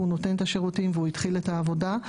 נותן את השירותים והתחיל את העבודה.